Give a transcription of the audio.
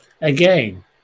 again